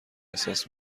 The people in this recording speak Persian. احساس